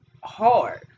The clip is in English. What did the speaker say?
hard